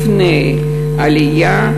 לפני העלייה,